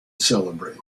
celebrate